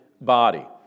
body